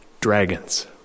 dragons